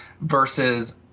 versus